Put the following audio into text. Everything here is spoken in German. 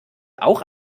auch